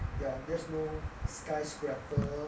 ya there's no skyscraper